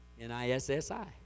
N-I-S-S-I